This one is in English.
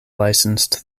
licensed